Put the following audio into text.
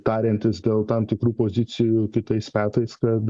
tariantis dėl tam tikrų pozicijų kitais metais kad